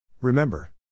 Remember